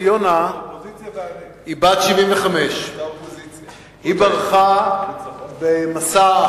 ציונה היא בת 75. היא ברחה במסע,